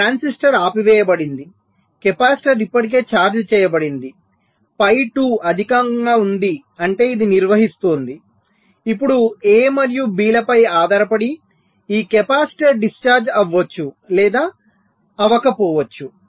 ఈ ట్రాన్సిస్టర్ ఆపివేయబడింది కెపాసిటర్ ఇప్పటికే ఛార్జ్ చేయబడింది ఫై 2 అధికంగా ఉంది అంటే ఇది నిర్వహిస్తోంది ఇప్పుడు A మరియు B లపై ఆధారపడి ఈ కెపాసిటర్ డిశ్చార్జ్ అవొచ్చు లేదా అవకపోవొచ్చు